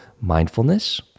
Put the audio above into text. Mindfulness